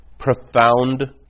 Profound